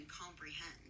comprehend